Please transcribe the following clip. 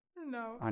no